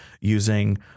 using